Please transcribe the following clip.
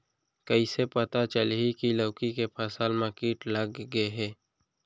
कइसे पता चलही की लौकी के फसल मा किट लग गे हे?